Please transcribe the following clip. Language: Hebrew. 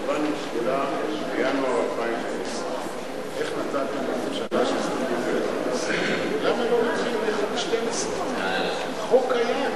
קבענו תחילה בינואר 2010. חוק קיים,